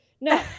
No